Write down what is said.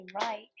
right